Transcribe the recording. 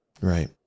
Right